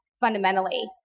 fundamentally